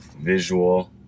visual